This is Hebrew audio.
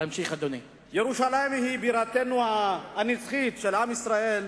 ירושלים היא בירתנו הנצחית, של עם ישראל,